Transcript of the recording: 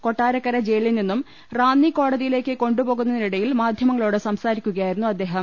കൊട്ടാര ക്കര ജയിലിൽ നിന്നും റാന്നി കോടതിയിലേക്ക് കൊണ്ടു പോകു ന്നതിനിടയിൽ മാധ്യമങ്ങളോട് സംസാരിക്കുകയായിരുന്നു അദ്ദേഹം